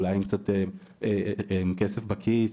אולי עם קצת כסף בכיס,